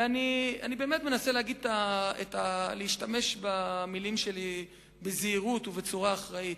ואני באמת מנסה להשתמש במלים שלי בזהירות ובצורה אחראית,